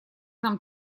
нам